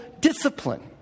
discipline